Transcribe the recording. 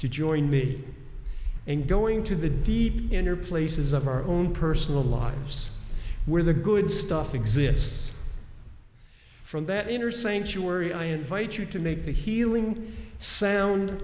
to join me and going to the deep inner places of our own personal lives where the good stuff exists from that inner saying surely i invite you to make the healing sound